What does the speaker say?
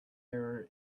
error